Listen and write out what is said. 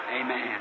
Amen